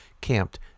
camped